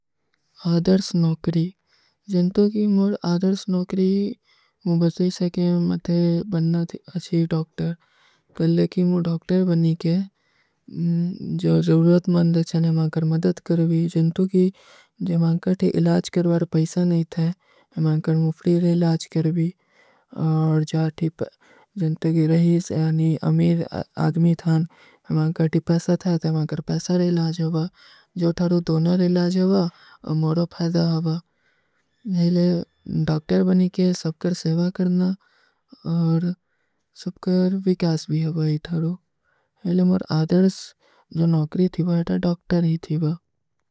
ଅଧର୍ସ ନୋକରୀ ଜିନ୍ତୋ କୀ ମୁର ଅଧର୍ସ ନୋକରୀ ମୁଝେ ବଚ୍ଚୀ ସକେ ମତେ ବନନା ଥୀ ଅଚ୍ଛୀ ଡକ୍ଟର କରଲେ କୀ ମୁଝେ ଡକ୍ଟର ବନୀ କେ। ଜୋ ଜରୂରତ ମଂଦ ଚେନ ହମାକର ମଦଦ କରଭୀ ଜିନ୍ତୋ କୀ ଜିମାଂକର ଥୀ ଇଲାଜ କରଵାର ପୈସା ନହୀଂ ଥେ। ହମାକର ମୁଝେ ବଚ୍ଚୀ ସକେ ମତେ ବନନା ଥୀ ଅଧର୍ସ ନୋକରୀ ମୁଝେ ବଚ୍ଚୀ ସକେ ମତେ ବନନା ଥୀ। ଅଧର୍ସ ନୋକରୀ ମୁଝେ ବଚ୍ଚୀ ସକେ ମତେ ବନନା ଥୀ ଅଧର୍ସ ନୋକରୀ ମୁଝେ ବଚ୍ଚୀ ସକେ ମତେ ବନନା ଥୀ ଅଧର୍ସ ନୋକରୀ ମୁଝେ ବଚ୍ଚୀ ସକେ ମତେ ବଚ୍ଚୀ ସକେ କରତେ ହୈଂ।